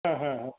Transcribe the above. হ্যাঁ হ্যাঁ হ্যাঁ